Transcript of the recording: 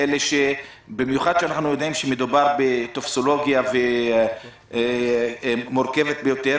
במיוחד שאנחנו יודעים שמדובר בטופסולוגיה מורכבת ביותר,